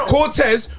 Cortez